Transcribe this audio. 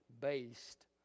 based